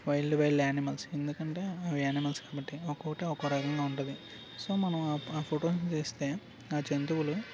wild wild animals ఎందుకంటే animals కాబట్టి ఒక్కొటి ఒక్కొ రకంగా ఉంటుంది సో మనం ఆ ఫొటోస్ చేస్తే ఆ జంతువులు